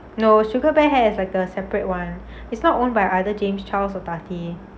no sugar bear hair is like a separate [one] is not owned by either james charles or tati